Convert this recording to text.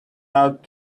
out